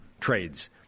trades